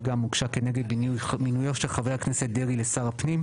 שגם הוגש נגד מינויו של חבר הכנסת דרעי לשר הפנים,